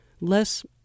less